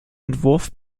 entwurf